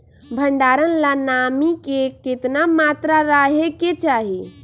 भंडारण ला नामी के केतना मात्रा राहेके चाही?